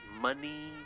money